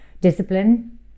discipline